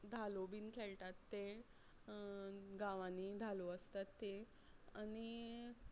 धालो बीन खेळटात ते गांवांनी धालो आसतात ते आनी